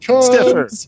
Stiffer